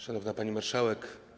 Szanowna Pani Marszałek!